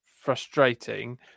frustrating